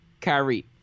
Kyrie